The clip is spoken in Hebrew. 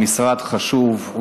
הוא משרד חשוב,